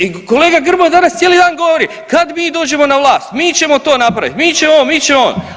I kolega Grmoja danas cijeli dan govori, kad mi dođemo na vlast, mi ćemo to napraviti, mi ćemo ovo, mi ćemo ono.